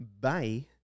Bye